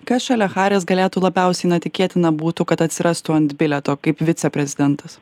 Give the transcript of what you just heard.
kas šalia haris galėtų labiausiai na tikėtina būtų kad atsirastų ant bilieto kaip viceprezidentas